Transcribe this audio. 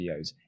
videos